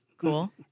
Cool